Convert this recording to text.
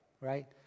right